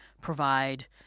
provide